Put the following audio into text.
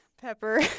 Pepper